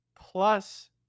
plus